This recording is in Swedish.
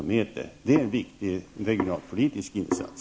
Detta är en viktig regionalpolitisk insats.